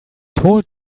told